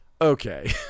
okay